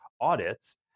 audits